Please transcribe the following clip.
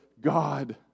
God